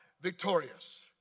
victorious